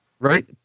right